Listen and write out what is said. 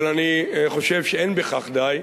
אבל אני חושב שאין בכך די,